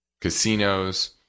casinos